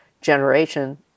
generation